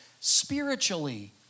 spiritually